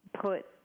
put